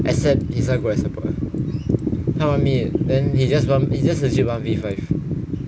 except he's not good at support ah 他玩 mid then it's just it's just legit one v~ five like no joke